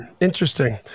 Interesting